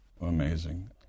Amazing